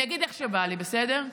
אני אגיד איך שבא לי, בסדר?